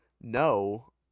no